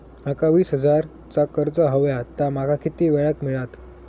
माका वीस हजार चा कर्ज हव्या ता माका किती वेळा क मिळात?